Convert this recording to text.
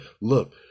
look